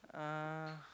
uh